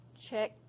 check